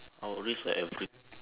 I would risk like every~